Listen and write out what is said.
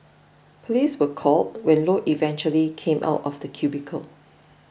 police were called when Low eventually came out of the cubicle